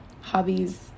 hobbies